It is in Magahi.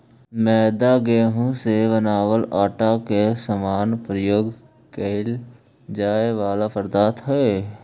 मैदा गेहूं से बनावल आटा के समान प्रयोग कैल जाए वाला पदार्थ हइ